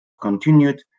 continued